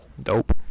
dope